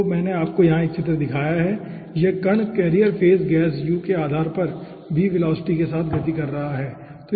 तो यहां मैंने आपको एक चित्र दिखाया है यह कण कर्रिएर फेज गैस u के आधार पर v वेलोसिटी के साथ गति कर रहा है ठीक है